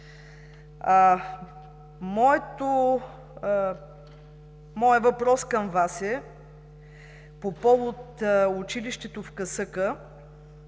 Моят въпрос към Вас е по повод училището в Касъка